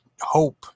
hope